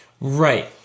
Right